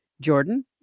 Jordan